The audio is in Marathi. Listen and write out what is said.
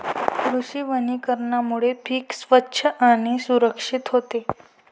कृषी वनीकरणामुळे पीक स्वच्छ आणि सुरक्षित होते